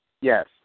Yes